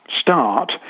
start